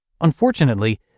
Unfortunately